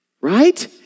Right